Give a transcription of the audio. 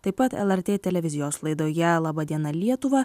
taip pat lrt televizijos laidoje laba diena lietuva